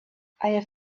have